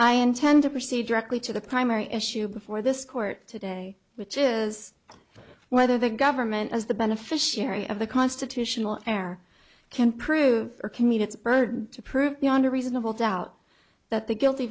i intend to proceed directly to the primary issue before this court today which is whether the government as the beneficiary of the constitutional heir can prove or commute its burden to prove beyond a reasonable doubt that the guilty